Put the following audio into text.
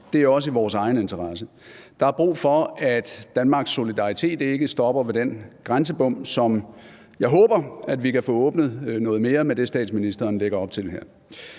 det er jo også i vores egen interesse. Der er brug for, at Danmarks solidaritet ikke stopper ved den grænsebom, som jeg håber vi kan få åbnet noget mere med det, statsministeren lægger op til her.